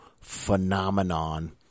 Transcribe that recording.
phenomenon